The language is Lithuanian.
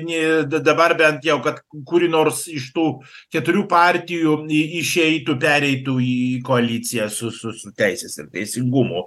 nie dabar bent jau kad kuri nors iš tų keturių partijų į išeitų pereitų į koaliciją su su su teisės ir teisingumu